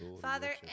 Father